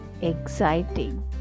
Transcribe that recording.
exciting